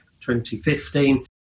2015